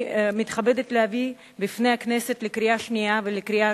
אני מתכבדת להביא בפני הכנסת לקריאה שנייה ולקריאה